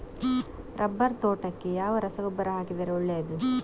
Rubber ತೋಟಕ್ಕೆ ಯಾವ ರಸಗೊಬ್ಬರ ಹಾಕಿದರೆ ಒಳ್ಳೆಯದು?